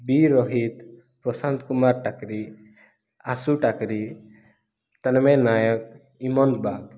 ବି Rohit Prashant Kumar Takri Ashu Takri Tanmay Nayak Iman Bag